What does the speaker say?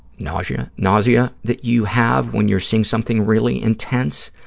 nausea? nausea that you have when you're seeing something really intense,